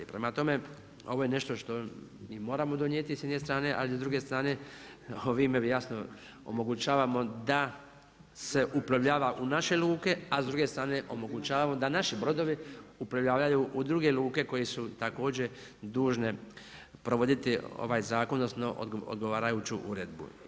Prema tome, ovo je nešto što mi moramo donijeti sa jedne strane, ali s druge strane ovime jasno omogućavamo da se uplovljava u naše luke, a s druge strane omogućavamo da naši brodovi uplovljavaju u druge luke koje su također dužne provoditi ovaj zakon, odnosno odgovarajuću uredbu.